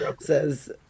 Says